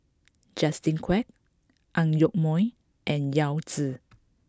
Justin Quek Ang Yoke Mooi and Yao Zi